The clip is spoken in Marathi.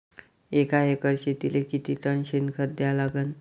एका एकर शेतीले किती टन शेन खत द्या लागन?